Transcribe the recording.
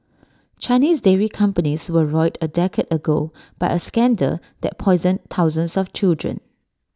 Chinese dairy companies were roiled A decade ago by A scandal that poisoned thousands of children